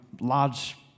large